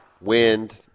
wind